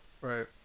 Right